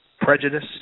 Prejudice